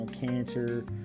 cancer